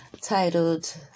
titled